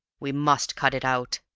we must cut it out,